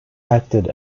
acted